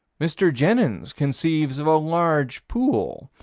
mr. jenyns conceives of a large pool,